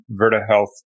VertaHealth